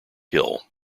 hill